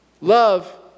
Love